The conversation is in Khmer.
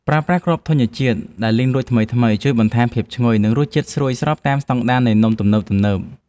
ប្រើប្រាស់គ្រាប់ធញ្ញជាតិដែលលីងរួចថ្មីៗជួយបន្ថែមភាពឈ្ងុយ និងរសជាតិស្រួយស្របតាមស្តង់ដារនៃនំទំនើបៗ។